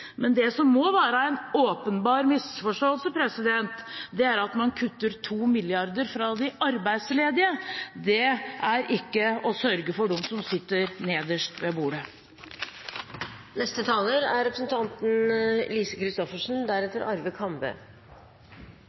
Men det som må være en åpenbar misforståelse, er at man kutter 2 mrd. kr fra de arbeidsledige, det er ikke å sørge for dem som sitter nederst ved bordet. Det er